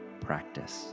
practice